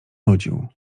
nudził